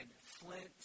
Flint